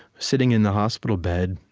sitting in the hospital bed,